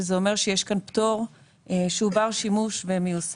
מה שאומר שיש כאן פטור שהוא בר שימוש ומיושם.